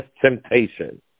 temptation